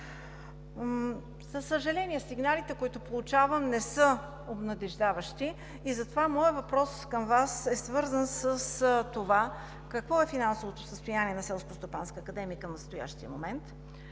За съжаление, сигналите, които получавам, не са обнадеждаващи и затова моят въпрос към Вас е свързан с това: какво е финансовото състояние на Селскостопанската